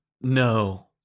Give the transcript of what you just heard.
no